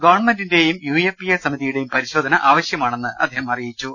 ഗവൺമെന്റിന്റെയും U A P A സമിതിയുടെയും പരിശോധന ആവശ്യമാണെന്ന് അദ്ദേഹം അറിയിച്ചു